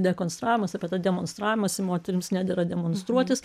dekonstravimas apie tą demonstravimąsi moterims nedera demonstruotis